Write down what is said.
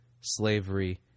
slavery